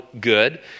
good